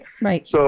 right